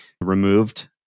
removed